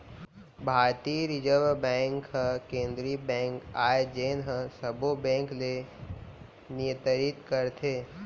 भारतीय reserve bank ह केंद्रीय बेंक आय जेन ह सबो बेंक ल नियतरित करथे